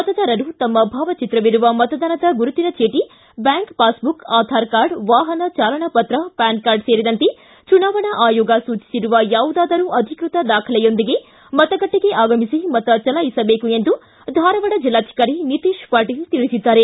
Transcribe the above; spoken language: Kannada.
ಮತದಾರರು ತಮ್ಮ ಭಾವಚಿತ್ರವಿರುವ ಮತದಾನದ ಗುರುತಿನ ಚೀಟಿ ಬ್ಯಾಂಕ್ ಪಾಸ್ಬುಕ್ ಆಧಾರ್ ಕಾರ್ಡ್ ವಾಹನ ಚಾಲನಾ ಪತ್ರ ಪ್ಟಾನ್ಕಾರ್ಡ್ ಸೇರಿದಂತೆ ಚುನಾವಣಾ ಆಯೋಗ ಸೂಚಿಸಿರುವ ಯಾವುದಾದರೂ ಅಧಿಕೃತ ದಾಖಲೆಯೊಂದಿಗೆ ಮತಗಟ್ಟಿಗೆ ಆಗಮಿಸಿ ಮತ ಚಲಾಯಿಸಬೇಕು ಎಂದು ಧಾರವಾಡ ಜೆಲ್ಲಾಧಿಕಾರಿ ನಿತೇಶ್ ಪಾಟೀಲ್ ತಿಳಿಸಿದ್ದಾರೆ